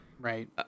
Right